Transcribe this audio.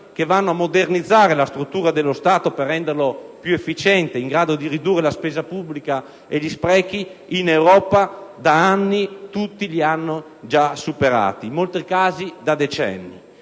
che vanno a modernizzare la struttura dello Stato per renderlo più efficiente e in grado di ridurre la spesa pubblica e gli sprechi, in Europa tutti li hanno già superati da anni, in molti casi da decenni.